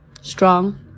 strong